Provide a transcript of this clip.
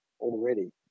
already